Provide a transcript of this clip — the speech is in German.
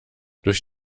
durch